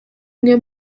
umwe